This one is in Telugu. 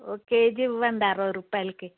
ఒక కేజీ ఇవ్వండి అరవై రూపాయలకు